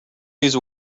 these